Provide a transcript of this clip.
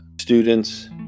students